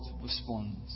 responds